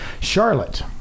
Charlotte